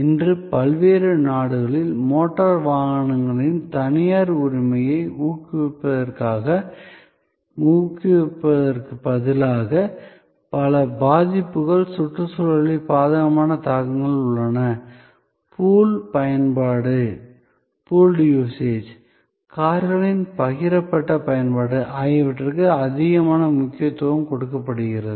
இன்று பல்வேறு நாடுகளில் மோட்டார் வாகனங்களின் தனியார் உரிமையை ஊக்குவிப்பதற்குப் பதிலாக பல பாதிப்புகள் சுற்றுச்சூழலில் பாதகமான தாக்கங்கள் உள்ளன பூல் பயன்பாடு கார்களின் பகிரப்பட்ட பயன்பாடு ஆகியவற்றிற்கு அதிக முக்கியத்துவம் கொடுக்கப்படுகிறது